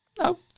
no